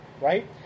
right